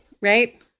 right